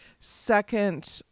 second